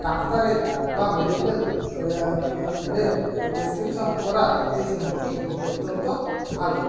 ডাক্তারের বা মেডিকেল লের পেসক্রিপশন করা এই শ্যাম্পুটি অত্যন্ত ভালো